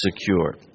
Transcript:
secure